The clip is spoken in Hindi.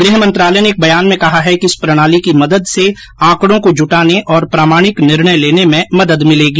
गृह मंत्रालय ने एक बयान में कहा है कि इस प्रणाली की मदद से आंकड़ों को जुटाने और प्रामाणिक निर्णय लेने में मदद मिलेगी